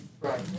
right